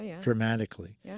dramatically